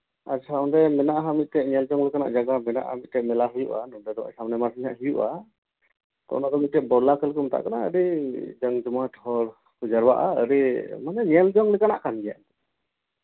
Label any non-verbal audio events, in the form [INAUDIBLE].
ᱟᱪᱪᱷᱟ ᱚᱸᱰᱮ ᱢᱮᱱᱟᱜᱼᱟ ᱦᱟᱸᱜ ᱢᱤᱫᱴᱮᱱ ᱧᱮᱞ ᱡᱚᱝ ᱞᱮᱠᱟᱱᱟᱜ ᱡᱟᱭᱜᱟ ᱢᱮᱱᱟᱜᱼᱟ ᱢᱤᱫᱴᱮᱱ ᱢᱮᱞᱟ ᱦᱩᱭᱩᱜᱼᱟ ᱱᱚᱸᱰᱮ ᱫᱚ ᱥᱟᱢᱱᱮ ᱢᱟᱥ ᱨᱮᱦᱟᱸᱜ [UNINTELLIGIBLE] ᱦᱩᱭᱩᱜᱼᱟ ᱚᱱᱟ ᱫᱚ ᱢᱤᱫᱴᱮᱱ ᱵᱚᱞᱞᱟ ᱠᱟᱹᱞᱤ ᱠᱚ ᱢᱮᱛᱟᱜ ᱠᱟᱱᱟ ᱟᱹᱰᱤ ᱡᱚᱢ ᱡᱚᱢᱟᱴ ᱦᱚᱲ ᱠᱚ ᱡᱟᱣᱨᱟᱜᱼᱟ ᱟᱹᱰᱤ ᱢᱟᱱᱮ ᱧᱮᱞ ᱡᱚᱝ ᱞᱮᱠᱟᱱᱟᱜ ᱠᱟᱱ ᱜᱮᱭᱟ ᱟᱨᱠᱤ